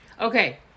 Okay